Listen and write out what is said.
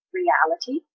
reality